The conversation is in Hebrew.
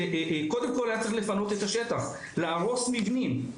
קודם כל היה צריך לפנות את השטח, להרוס מבנים.